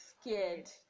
scared